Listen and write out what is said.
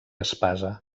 espasa